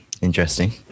interesting